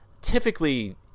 typically